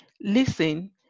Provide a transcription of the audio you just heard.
Listen